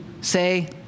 say